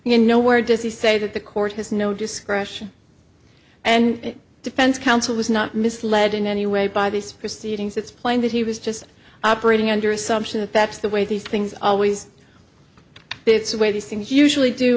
know where does he say that the court has no discretion and defense counsel was not misled in any way by these proceedings it's plain that he was just operating under assumption that that's the way these things always it's the way these things usually do